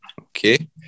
Okay